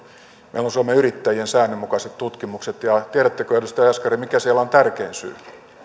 meillä on suomen yrittäjien säännönmukaiset tutkimukset ja tiedättekö edustaja jaskari mikä siellä on tärkein syy